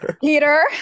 peter